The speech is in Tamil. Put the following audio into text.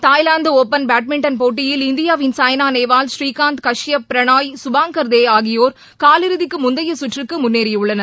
தாய்லாந்துடுபன் பேட்மின்டன் போட்டியில் இந்தியாவின் சாய்னாநேவால் புநீகாந்த் கஷ்பப் பிரனாய் சுபாங்கர்தேஆகியோர் காலிறுதிக்குமுந்தையசுற்றுக்குமுன்னேறியுள்ளனர்